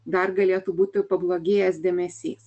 dar galėtų būti pablogėjęs dėmesys